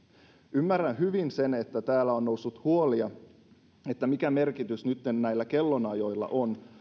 ymmärrän hyvin sen että täällä on noussut huolia että mikä merkitys nytten näillä kellonajoilla on